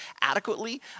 adequately